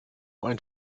ein